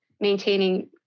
maintaining